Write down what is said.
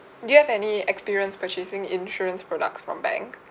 do you have any experience purchasing insurance products from bank